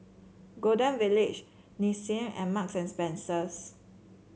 Golden Village Nissin and Marks and Spencer